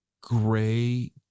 gray